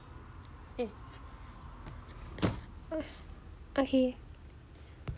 eh ah okay